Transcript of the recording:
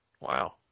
Wow